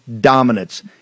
dominance